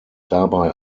dabei